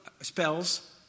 spells